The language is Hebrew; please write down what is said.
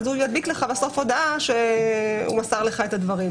בסוף הוא ידביק לך הודעה שהוא מסר לך את הדואר.